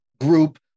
group